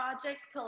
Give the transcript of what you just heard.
projects